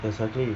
exactly